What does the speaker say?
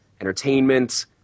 entertainment